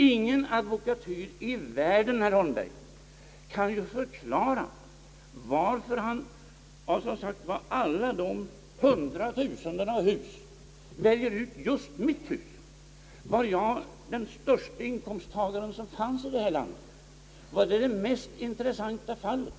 Ingen advokatyr i världen, herr Holmberg, kan förklara varför herr Holmberg av alla de hundratusenden hus som byggts väljer ut just mitt hus. Var jag den störste inkomsttagaren i det här landet? Var jag det mest intressanta fallet?